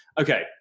Okay